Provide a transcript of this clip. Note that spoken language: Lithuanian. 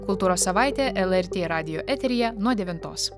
kultūros savaitė lrt radijo eteryje nuo devintos